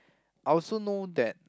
I also know that